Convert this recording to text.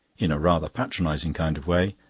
in a rather patronising kind of way,